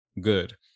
good